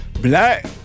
black